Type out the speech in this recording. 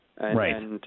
Right